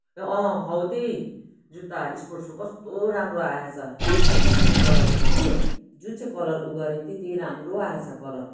अँ हौ त्यही जुत्ता स्पोर्ट्स सू कस्तो राम्रो आएछ जुन चाहिँ पिङ्क कलरको थियो कि जुन चाहिँ कलर उ गरेको थिएँ त्यही राम्रो आएछ कलर